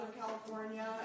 California